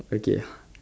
okay